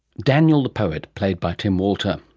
daniel the poet, played by tim walter.